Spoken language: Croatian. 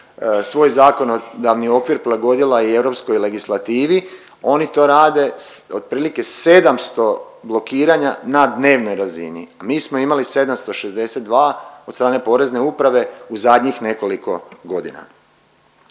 svoj zakonodavni okvir prilagodila i europskoj legislativi oni to rade otprilike 700 blokiranja na dnevnoj razini, a mi smo imali 762 od strane Porezne uprave u zadnjih nekoliko godina.